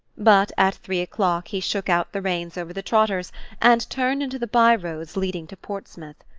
but at three o'clock he shook out the reins over the trotters and turned into the by-roads leading to portsmouth.